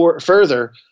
further